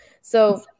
So-